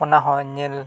ᱚᱱᱟᱦᱚᱸ ᱧᱮᱞ